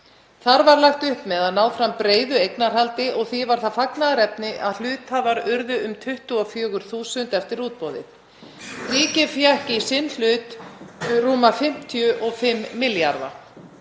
Þar var lagt upp með að ná fram breiðu eignarhaldi og því var það ánægjulegt að hluthafar urðu um 24.000 eftir útboðið. Ríkið fékk í sinn hlut rúma 55 milljarða.